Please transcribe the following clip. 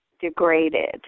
degraded